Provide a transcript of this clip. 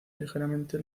ligeramente